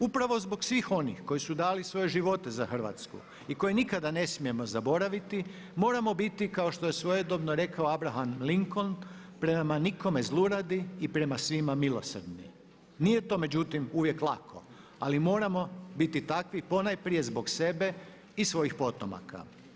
Upravo zbog svih onih koji su dali svoje živote za Hrvatsku i koje nikada ne smijemo zaboraviti moramo biti kao što je svojedobno rekao Abraham Lincoln „Prema nikome zluradi i prema svima milosrdni.“ Nije to međutim uvijek lako, ali moramo biti takvi ponajprije zbog sebe i svojih potomaka.